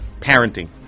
parenting